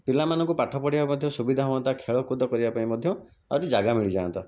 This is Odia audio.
ପିଲାମାନଙ୍କୁ ପାଠ ପଢ଼ିବା ମଧ୍ୟ ସୁବିଧା ହୁଅନ୍ତା ଖେଳକୁଦ କରିବା ପାଇଁ ମଧ୍ୟ ଆହୁରି ଜାଗା ମିଳିଯାଆନ୍ତା